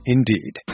Indeed